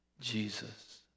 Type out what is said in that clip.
Jesus